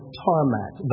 tarmac